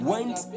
Went